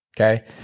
Okay